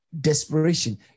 desperation